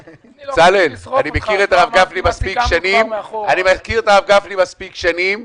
בצלאל, אני מכיר את הרב גפני מספיק שנים.